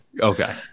Okay